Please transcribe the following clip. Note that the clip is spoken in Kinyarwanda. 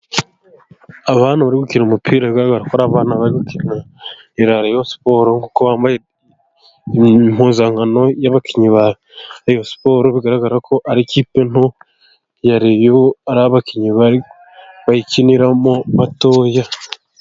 Abana bari gukina umupira, bigaragara ko ari abana bari gukinira reyosiporo kuko bambaye impuzankano y'abakinnyi ba reyosiporo, bigaragara ko ari ikipe nto ya reyo, ari abakinnyi bayikiniramo batoya.